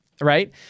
right